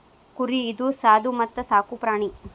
ಕುರಿ ಇದು ಸಾದು ಮತ್ತ ಸಾಕು ಪ್ರಾಣಿ